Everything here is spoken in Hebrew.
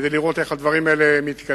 כדי לראות איך הדברים מתקדמים.